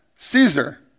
Caesar